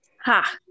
Ha